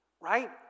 Right